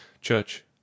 Church